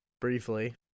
briefly